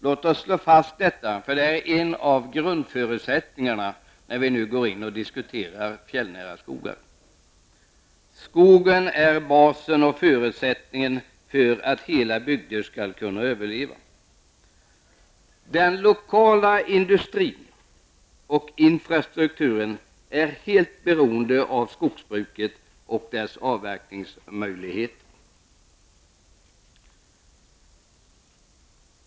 Låt oss slå fast detta, eftersom det är en av grundförutsättningarna när vi nu går in och diskuterar fjällnära skogar. Skogen är basen och förutsättningen för att hela bygder skall kunna överleva. Den lokala industrin och infrastrukturen är helt beroende av skogsbruket och dess avverkningsmöjligheter.